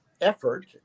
effort